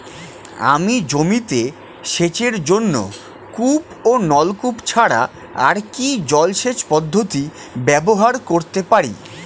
আমি জমিতে সেচের জন্য কূপ ও নলকূপ ছাড়া আর কি জলসেচ পদ্ধতি ব্যবহার করতে পারি?